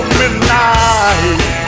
midnight